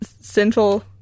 sinful